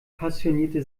passionierte